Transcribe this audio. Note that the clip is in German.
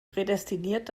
prädestiniert